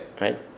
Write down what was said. right